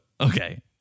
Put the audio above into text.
okay